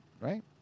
right